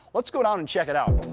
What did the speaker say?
let's go down and check it out.